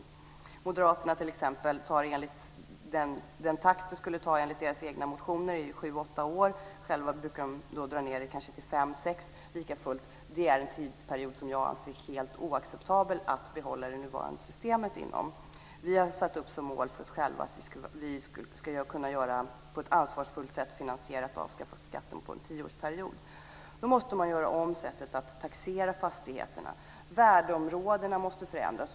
För Moderaterna skulle det enligt deras egna motioner ta sju-åtta år. Själva brukar de dra ned det till fem-sex år. Likafullt är det en tidsperiod som jag anser vara helt oacceptabel att behålla det nuvarande systemet inom. Vi har själva satt upp målet att vi på ett ansvarsfullt sätt ska kunna finansiera ett avskaffande av skatten under en tioårsperiod. Då måste man göra om sättet att taxera fastigheterna. Värdeområdena måste förändras.